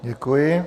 Děkuji.